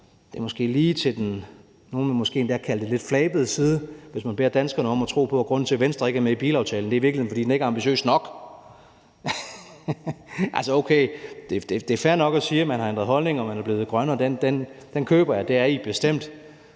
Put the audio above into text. vil måske endda kalde det lidt flabede side, hvis man beder danskerne om at tro på, at grunden til, at Venstre ikke er med i bilaftalen, i virkeligheden er, at den ikke er ambitiøs nok. Altså okay, det er fair nok at sige, at man har ændret holdning, og at man er blevet grønnere – den køber jeg; det er I bestemt